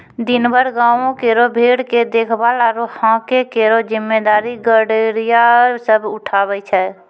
दिनभर गांवों केरो भेड़ के देखभाल आरु हांके केरो जिम्मेदारी गड़ेरिया सब उठावै छै